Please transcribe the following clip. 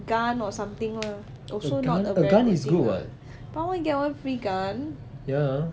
gun or something lah also not a very good thing lah buy one get one free gun